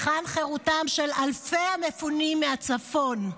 היכן חירותם של אלפי המפונים מהצפון?